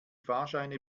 fahrscheine